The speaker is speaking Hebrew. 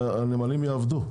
שהנמלים יעבדו.